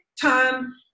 time